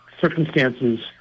circumstances